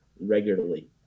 regularly